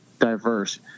diverse